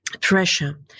pressure